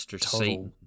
total